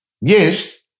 Yes